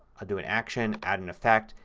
i'll do an action, add an effect,